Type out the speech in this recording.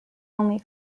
only